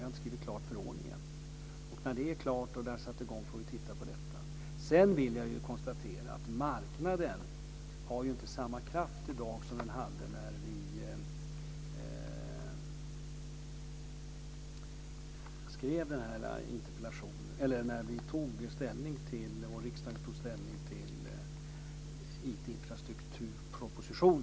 Vi har inte skrivit klart förordningen än. När det är klart och verksamheten satt i gång får vi titta närmare på detta. Sedan vill jag konstatera att marknaden inte har samma kraft i dag som den hade när riksdagen tog ställning till IT-infrastrukturpropositionen.